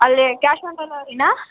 ಅಲ್ಲೇ cash on ಡೆಲಿವರಿಯಾ